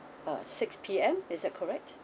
uh six P_M is that correct